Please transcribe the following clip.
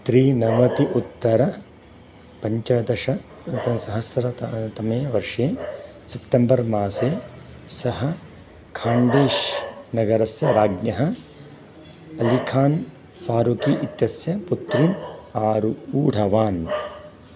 त्रिवनत्युत्तरपञ्चदश उत सहस्रतमे तमे वर्षे सेप्टेम्बर् मासे सः खाण्डेश् नगरस्य राज्ञः अली खान् फ़ारुकी इत्यस्य पुत्रीम् आरुरोह ऊढवान्